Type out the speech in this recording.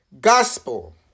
gospel